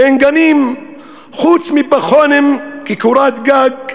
אין גנים חוץ מפחונים כקורת גג.